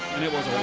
and it was